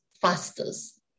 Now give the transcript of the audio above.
fastest